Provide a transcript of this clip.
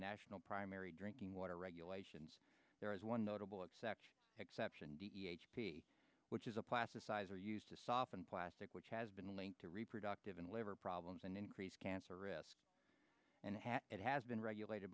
national primary drinking water regulations there is one notable exception exception d h b which is a plasticizer used to soften plastic which has been linked to reproductive and liver problems and increased cancer risk and it has been regulated